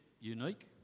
unique